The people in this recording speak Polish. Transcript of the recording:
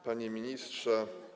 Panie Ministrze!